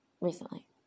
recently